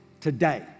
today